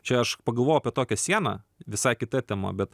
čia aš pagalvojau apie tokią sieną visai kita tema bet